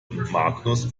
magnus